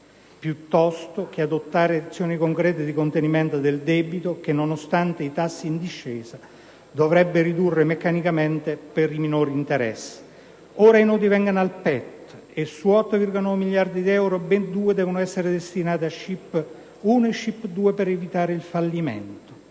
piuttosto che adottare azioni concrete di contenimento del debito, che, nonostante i tassi in discesa, si dovrebbe ridurre meccanicamente per i minori interessi. Ora i nodi vengono al pettine e su 8,9 miliardi di euro, ben 2 devono essere destinati a SCIP1 e 2, per evitarne il fallimento.